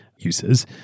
uses